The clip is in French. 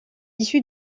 issu